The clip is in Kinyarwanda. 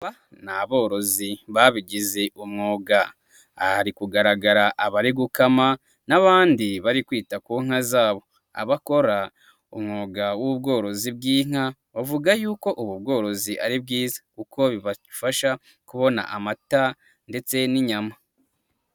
Aba ni aborozi babigize umwuga, aha hari kugaragara abari gukama n'abandi bari kwita ku nka zabo, abakora umwuga w'ubworozi bw'inka bavuga ko ubu bworozi ari bwiza kuko bibafasha kubona amata ndetse n'inyama.